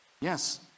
yes